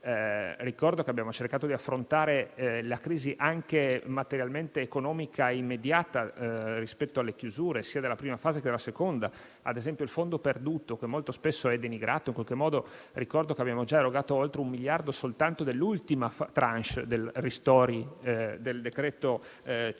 Ricordo che abbiamo cercato di affrontare la crisi anche materialmente economica immediata rispetto alle chiusure, sia della prima fase che della seconda. Ad esempio, rispetto ai contributi a fondo perduto, che molto spesso sono denigrati, ricordo che abbiamo già erogato oltre un miliardo soltanto dell'ultima *tranche* del decreto-legge n.